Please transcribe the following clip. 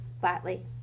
flatly